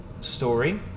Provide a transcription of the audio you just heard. story